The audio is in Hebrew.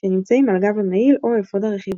שנמצאים על גב המעיל או אפוד הרכיבה.